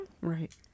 Right